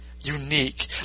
unique